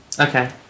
Okay